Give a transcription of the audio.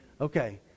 Okay